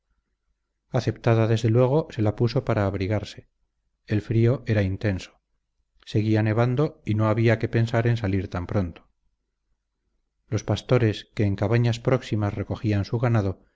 aceptada desde luego se la puso para abrigarse el frío era intenso seguía nevando y no había que pensar en salir tan pronto los pastores que en cabañas próximas recogían su ganado